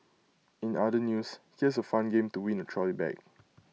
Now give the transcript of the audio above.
in other news here's A fun game to win A trolley bag